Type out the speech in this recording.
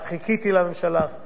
כיבדתי את מילותי,